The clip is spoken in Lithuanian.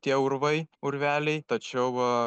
tie urvai urveliai tačiau va